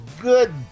good